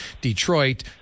Detroit